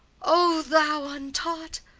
o thou untaught!